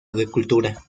agricultura